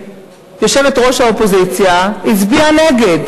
יושבת יושבת-ראש והנהלת "נעמת",